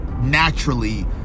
naturally